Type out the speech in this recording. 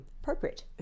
appropriate